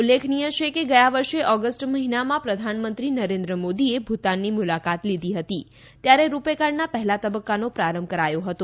ઉલ્લેખનિય છે કે ગયા વર્ષે ઓગસ્ટ મહિનામાં પ્રધાનમંત્રી નરેન્દ્ર મોદીએ ભુતાનની મુલાકાત લીધી હતી ત્યારે રૂપે કાર્ડના પહેલા તબક્કાનો પ્રારંભ કરાવવામાં આવ્યો હતો